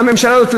הממשלה הזאת,